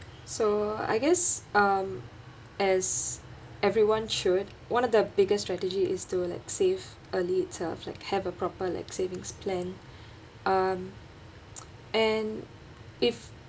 so I guess um as everyone should one of the biggest strategy is to like save early itself like have a proper like savings plan um and if